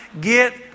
Get